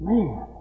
Man